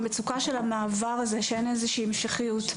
המצוקה של המעבר הזה שאין איזושהי המשכיות,